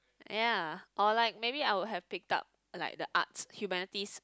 ya or like maybe I would have picked up like the arts humanities